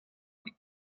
one